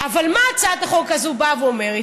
אבל מה הצעת החוק הזו באה ואומרת?